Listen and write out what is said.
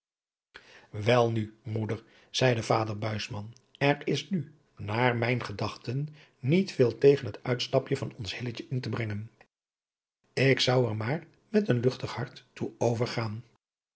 welnu moeder zeide vader buisman er is nu naar mijn gedachten niet veel tegen het uitstapje van ons hilletje in te brengen ik zou er maar met een luchtig hart toe